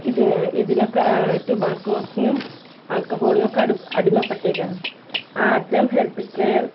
ഇതിനാണ് ഇതിനൊക്കെ ടുബാക്കോസിനും ആൽക്കഹോളിനും ഒക്കെ അടി അടിമപ്പെട്ടിരിക്കാണ് ആർദ്രം ഹെൽത്ത് കെയർ